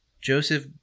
Joseph